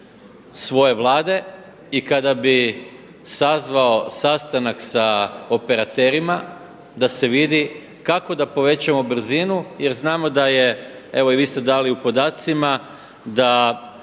svoje Vlade i kada bi sazvao sastanak sa operaterima da se vidi kako da povećamo brzinu jer znamo da je, evo i vi ste dali u podacima da